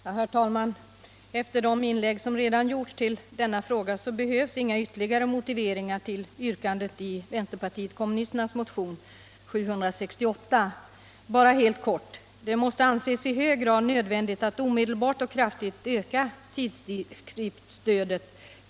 Herr talman! Efter de inlägg som redan gjorts i denna fråga behövs inga ytterligare motiveringar till yrkandet i vänsterpartiet kommunisternas motion nr 768. Bara helt kort: Det måste anses i hög grad nödvändigt att omedelbart och kraftigt öka tidskriftsstödet.